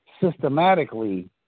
systematically